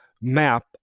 map